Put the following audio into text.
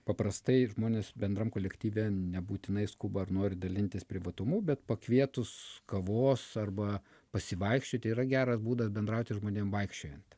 paprastai žmonės bendram kolektyve nebūtinai skuba ar nori dalintis privatumu bet pakvietus kavos arba pasivaikščioti yra geras būdas bendrauti žmonėm vaikščiojant